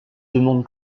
demande